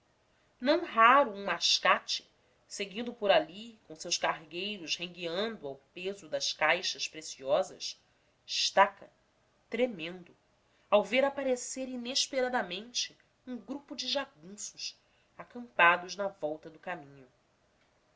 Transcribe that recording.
não raro um mascate seguindo por ali com seus cargueiros rengueando ao peso das caixas preciosas estaca tremendo ao ver aparecer inesperadamente um grupo de jagunços acampados na volta do caminho